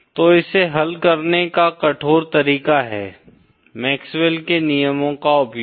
तो इसे हल करने का कठोर तरीका है मैक्सवेल के नियमों का उपयोग